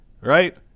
right